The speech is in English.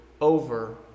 over